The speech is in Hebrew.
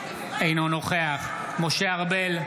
אינו נוכח משה ארבל,